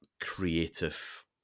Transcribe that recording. creative